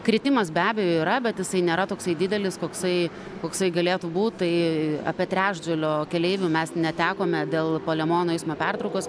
kritimas be abejo yra bet jisai nėra toksai didelis koksai koksai galėtų būt tai apie trečdalio keleivių mes netekome dėl palemono eismo pertraukos